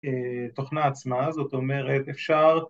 ‫תוכנה עצמה, זאת אומרת, אפשר...